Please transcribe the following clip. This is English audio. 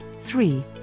three